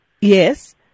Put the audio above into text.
yes